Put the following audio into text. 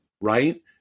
right